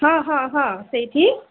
ହଁ ହଁ ହଁ ସେଇଠି